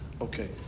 Okay